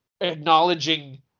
acknowledging